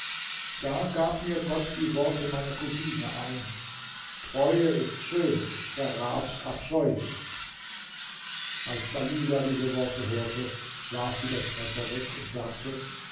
da gab mir gott die worte meiner cousine ein treue ist schön verrat abscheulich als dalila diese worte hörte warf sie das messer weg und sagte